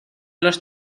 los